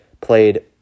played